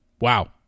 Wow